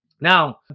Now